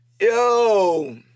Yo